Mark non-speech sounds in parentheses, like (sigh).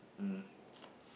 um (noise)